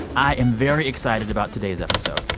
i am very excited about today's episode.